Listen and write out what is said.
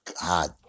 God